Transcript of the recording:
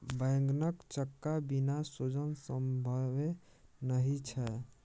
बैंगनक चक्का बिना सोजन संभवे नहि छै